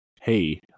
hey